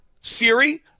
Siri